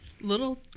little